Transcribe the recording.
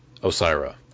Osira